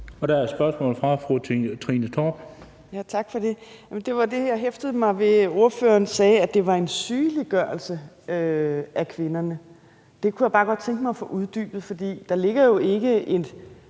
Der er et spørgsmål fra fru Trine Torp. Kl. 10:50 Trine Torp (SF): Tak for det. Jeg hæftede mig ved, at ordføreren sagde, at det var en sygeliggørelse af kvinderne. Det kunne jeg bare godt tænke mig at få uddybet. Der ligger jo f.eks.